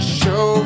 show